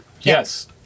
yes